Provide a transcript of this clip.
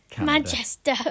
Manchester